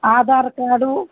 Aadhaar card